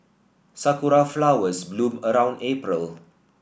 sakura flowers bloom around April